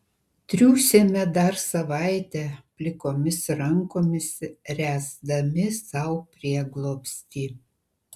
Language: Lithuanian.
triūsėme dar savaitę plikomis rankomis ręsdami sau prieglobstį